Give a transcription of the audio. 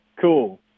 cool